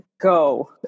go